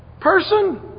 person